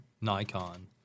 Nikon